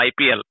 IPL